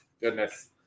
goodness